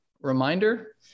reminder